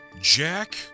Jack